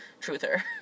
truther